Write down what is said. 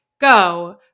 go